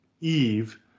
Eve